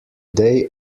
day